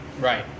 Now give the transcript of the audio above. Right